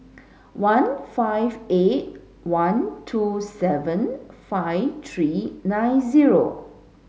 one five eight one two seven five three nine zero